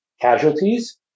casualties